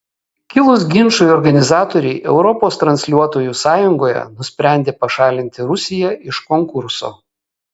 kilus ginčui organizatoriai europos transliuotojų sąjungoje nusprendė pašalinti rusiją iš konkurso